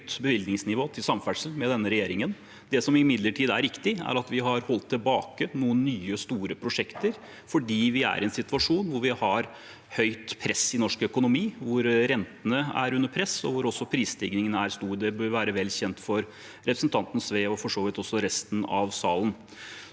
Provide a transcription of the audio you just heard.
bevilgningsnivå til samferdsel med denne regjeringen. Det som imidlertid er riktig, er at vi har holdt tilbake noen nye, store prosjekter fordi vi er i en situasjon med høyt press i norsk økonomi, hvor rentene er under press og prisstigningen er stor. Det bør være vel kjent for representanten Sve og for så vidt også resten av salen.